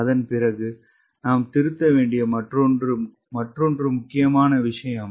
அதன் பிறகு நாம் திருத்த வேண்டிய மற்றொரு முக்கியமான விஷயம்